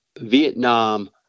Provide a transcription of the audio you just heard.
Vietnam